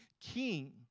king